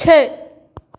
छः